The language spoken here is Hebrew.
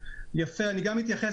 אז אני אתייחס